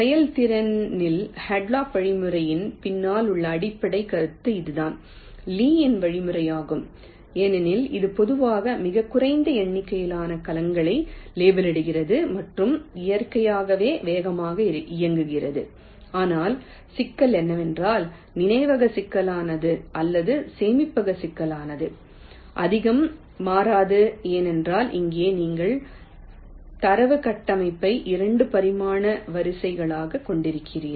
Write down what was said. செயல்திறனில் ஹாட்லாக் வழிமுறையின் பின்னால் உள்ள அடிப்படைக் கருத்து இதுதான் லீயின் வழிமுறையாகும் ஏனெனில் இது பொதுவாக மிகக் குறைந்த எண்ணிக்கையிலான கலங்களை லேபிளிடுகிறது மற்றும் இயற்கையாகவே வேகமாக இயங்குகிறது ஆனால் சிக்கல் என்னவென்றால் நினைவக சிக்கலானது அல்லது சேமிப்பக சிக்கலானது அதிகம் மாறாது ஏனென்றால் இங்கே நீங்கள் தரவு கட்டமைப்பை 2 பரிமாண வரிசைகளைக் கொண்டிருக்கிறீர்கள்